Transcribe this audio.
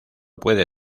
puede